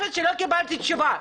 ושאלה נוספת שלא קיבלתי תשובה,